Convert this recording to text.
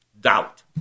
Doubt